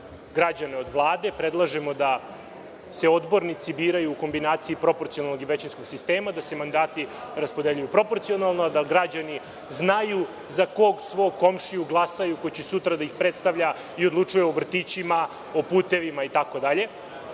građane od Vlade predlažemo da se odbornici biraju u kombinaciji proporcionalnog i većinskog sistema, da se mandati raspoređuju proporcionalno, a da građani znaju za kog svog komšiju glasaju, koji će sutra da ih predstavlja i odlučuje o vrtićima, o putevima itd.